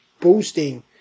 boosting